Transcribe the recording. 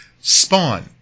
Spawn